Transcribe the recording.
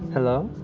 hello?